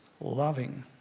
loving